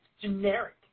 generic